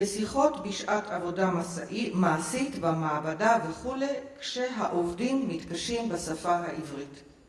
בשיחות בשעת עבודה מעשית במעבדה וכולי, כשהעובדים מתקשים בשפה העברית.